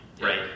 Right